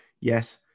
yes